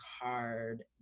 hard